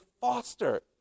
foster